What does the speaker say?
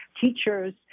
teachers